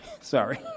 Sorry